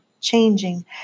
changing